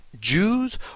Jews